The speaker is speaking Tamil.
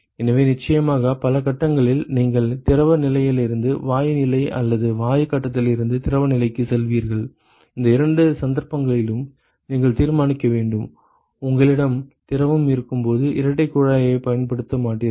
எனவே நிச்சயமாக பல கட்டங்களில் நீங்கள் திரவ நிலையிலிருந்து வாயு நிலை அல்லது வாயு கட்டத்திலிருந்து திரவ நிலைக்குச் செல்வீர்கள் இந்த இரண்டு சந்தர்ப்பங்களிலும் நீங்கள் தீர்மானிக்க வேண்டும் உங்களிடம் திரவம் இருக்கும்போது இரட்டைக் குழாயைப் பயன்படுத்த மாட்டீர்கள்